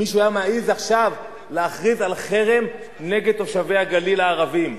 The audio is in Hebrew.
אם מישהו היה מעז עכשיו להכריז על חרם נגד תושבי הגליל הערבים,